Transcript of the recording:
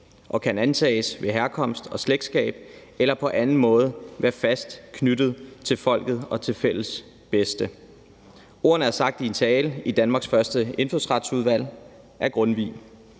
og kan antages ved herkomst og slægtskab eller på anden måde at være fast knyttede til folket og til fælles bedste«. Ordene er sagt i en tale af Grundtvig i Danmarks første indfødsretsudvalg. Kravene